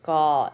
got